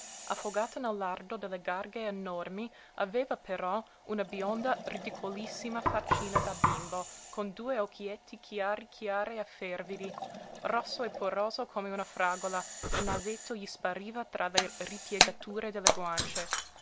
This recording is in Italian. notarile affogata nel lardo delle garge enormi aveva però una bionda ridicolissima faccina da bimbo con due occhietti chiari chiari e fervidi rosso e poroso come una fragola il nasetto gli spariva tra le ripiegature delle guance